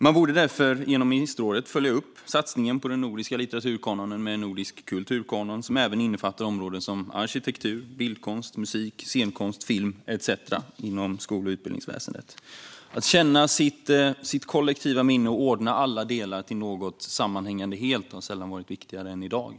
Man borde därför genom Nordiska ministerrådet följa upp satsningen på den nordiska litteraturkanonen genom en nordisk kulturkanon som även innefattar områden som arkitektur, bildkonst, musik, scenkonst, film etcetera inom skol och utbildningsväsendet. Att känna sitt kollektiva minne och ordna alla delar till ett sammanhängande helt har sällan varit viktigare än i dag.